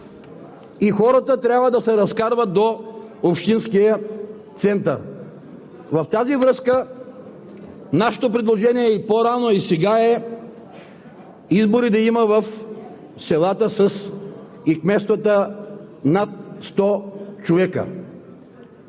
и хората трябва да се разкарват до общинския център. Нашето предложение и по-рано, и сега е избори да има в селата, в кметствата над 100 човека.